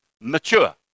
mature